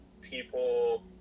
people